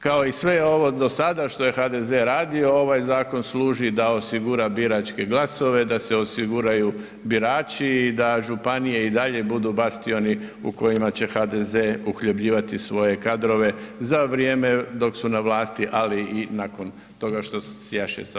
Kao i sve ovo do sada što je HDZ radio ovaj zakon služi da osigura biračke glasove, da se osiguraju birači i da županije i dalje budu bastioni u kojima će HDZ uhljebljivati svoje kadrove za vrijeme dok su na vlasti, ali i nakon toga što sjaše sa vlasti.